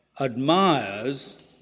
admires